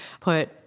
put